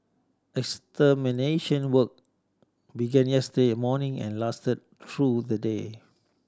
extermination work began yesterday morning and lasted through the day